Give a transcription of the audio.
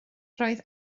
roedd